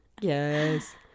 yes